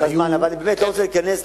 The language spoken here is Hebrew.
אבל אני באמת לא רוצה להיכנס,